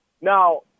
now